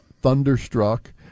Thunderstruck